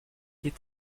est